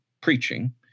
preaching